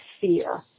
fear